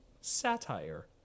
satire